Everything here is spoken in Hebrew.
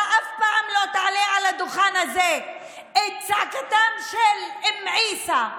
אתה אף פעם לא תעלה על הדוכן הזה את צעקתה של אום עיסא,